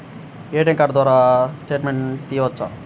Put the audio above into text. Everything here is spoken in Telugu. ఏ.టీ.ఎం కార్డు ద్వారా స్టేట్మెంట్ తీయవచ్చా?